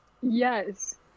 yes